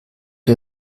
wie